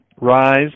rise